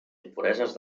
impureses